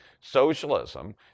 socialism